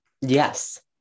yes